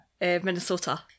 Minnesota